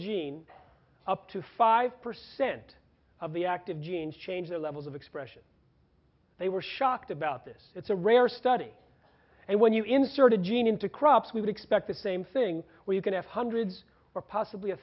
gene up to five percent of the active genes change their levels of expression they were shocked about this it's a rare study and when you insert a gene into crops we would expect the same thing where you can have hundreds or possibly a